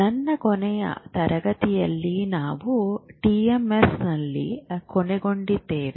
ನನ್ನ ಕೊನೆಯ ತರಗತಿಯಲ್ಲಿ ನಾವು ಟಿಎಂಎಸ್ನಲ್ಲಿ ಕೊನೆಗೊಂಡಿದ್ದೇವೆ